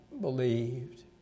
believed